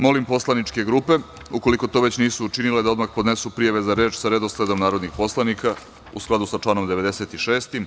Molim poslaničke grupe, ukoliko to već nisu učinile, da odmah podnesu prijave za reč sa redosledom narodnih poslanika, u skladu sa članom 96.